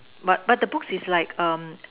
but but the books is like um